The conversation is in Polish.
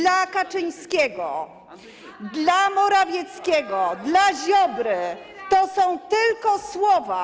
Dla Kaczyńskiego, dla Morawieckiego, dla Ziobry to są tylko słowa.